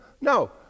No